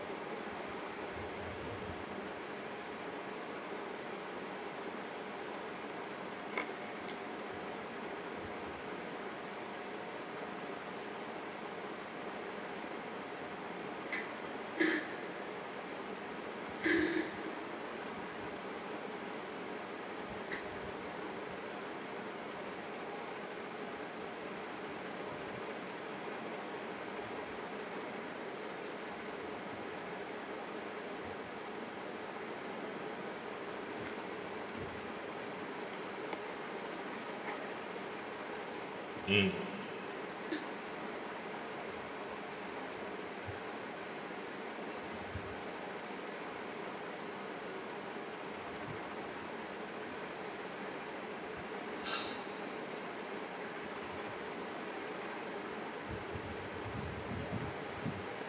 mm